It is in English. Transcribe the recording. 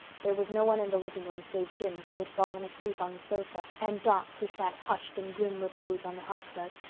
there was no one in the living-room, save jims, who had fallen asleep on the sofa, and doc, who sat hushed in grim repose on the hearth-rug,